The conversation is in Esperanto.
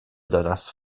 donas